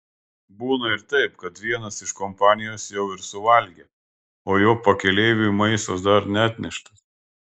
būna ir taip kad vienas iš kompanijos jau ir suvalgė o jo pakeleiviui maistas dar neatneštas